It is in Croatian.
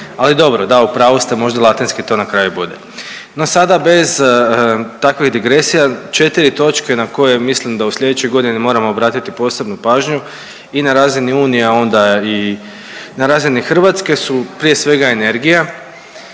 ali dobro da u pravu ste možda latinski to na kraju bude. No sada bez takvih digresija, 4 točke na koje mislim da u slijedećoj godini moramo obratiti posebnu pažnju i na razini unije, a onda i na razini Hrvatske su prije svega energija,